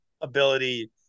ability